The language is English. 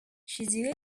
shizuoka